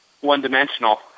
one-dimensional